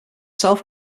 self